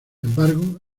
embargo